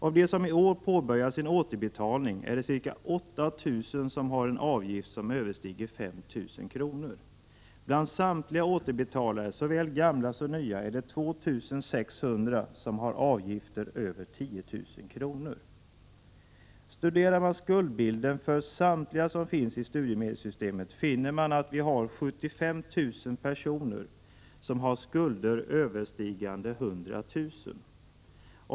Av dem som i år påbörjat sin återbetalning är det ca 8 000 som har en avgift överstigande 5 000 kr. Bland samtliga återbetalare, såväl gamla som nya, är det 2 600 som har avgifter över 10 000 kr. Studerar man skuldbilden för samtliga som finns i studiemedelssystemet finner man att vi har 75 000 personer som har skulder överstigande 100 000 kr.